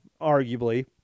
arguably